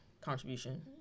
contribution